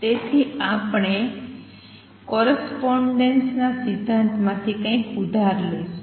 તેથી આપણે કોરસ્પોંડેન્સ ના સિદ્ધાંત માથી કંઈક ઉધાર લઈશું